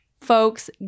Folks